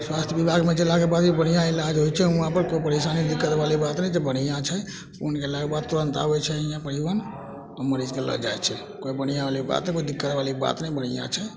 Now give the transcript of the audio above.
स्वास्थय बिभागमे जेलाके बाद भी बढ़िऑं इलाज होइ छै वहाँ पे कोइ परेशानी दिक्कत बाली बात नहि छै बढ़िऑं छै फोन केलाके बाद तुरंत आबै छै यहाँ परिवहन आ मरीजके लऽ जाइ छै कोइ बढ़िऑं बाली बात कोइ दिक्कत बाली बात नहि बढ़िऑं छै